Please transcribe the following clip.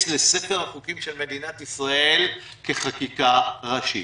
לספר החוקים של מדינת ישראל כחקיקה ראשית.